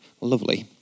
lovely